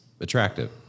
attractive